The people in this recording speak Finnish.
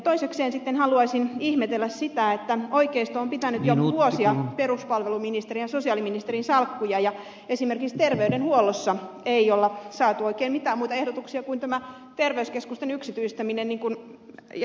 toisekseen sitten haluaisin ihmetellä sitä että oikeisto on pitänyt jo vuosia peruspalveluministerin ja sosiaaliministerin salkkuja ja esimerkiksi terveydenhuollossa ei ole saatu oikein mitään muita ehdotuksia kuin tämä terveyskeskusten yksityistäminen niin kuin ed